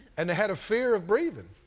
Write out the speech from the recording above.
and they had a fear of breathing.